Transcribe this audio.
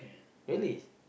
really